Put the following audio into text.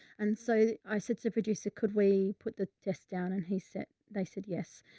and so i said to produce a could we put the desk down? and he said, they said yes.